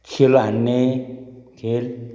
छेलो हान्ने खेल